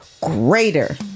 greater